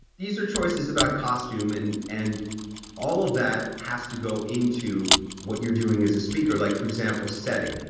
these are choices about costume and and all of that has to go into what you're doing as a speaker like for example setting.